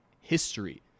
history